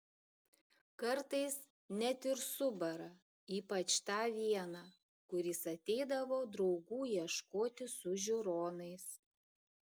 kartais net ir subara ypač tą vieną kuris ateidavo draugų ieškoti su žiūronais